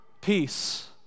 peace